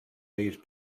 these